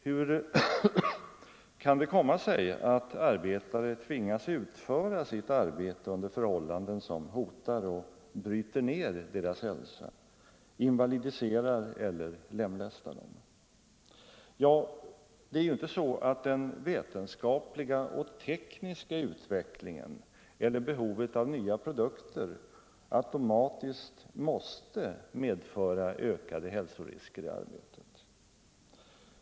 Hur kan det komma sig att arbetare tvingas utföra sitt arbete under förhållanden som hotar och bryter ner deras hälsa, invalidiserar eller lemlästar dem? Det är ju inte så att den vetenskapliga och tekniska utvecklingen eller behovet av nya produkter automatiskt måste medföra ökade hälsorisker i arbetet.